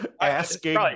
asking